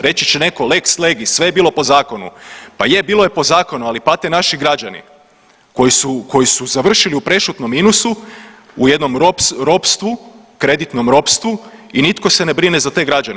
Reći će neko lex legis sve je bilo po zakonu, pa je bilo je po zakonu, ali pate naši građani koji su završili u prešutnom minusu u jednom ropstvu, kreditnom ropstvu i nitko se ne brine za te građane.